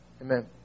Amen